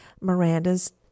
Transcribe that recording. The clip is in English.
Miranda's